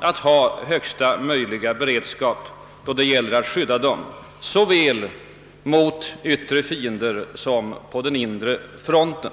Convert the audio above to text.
att ha högsta möjliga beredskap då det gäller att skydda det såväl mot yttre fiender som mot angrepp på den inre fronten.